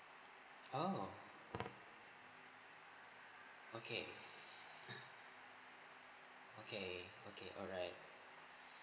oh okay okay okay alright